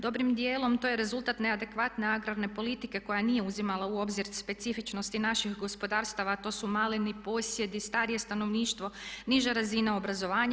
Dobrim dijelom to je rezultat neadekvatne agrarne politike koja nije uzimala u obzir specifičnosti naših gospodarstava a to su maleni posjedi, starije stanovništvo, niža razina obrazovanja.